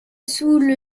sous